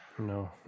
no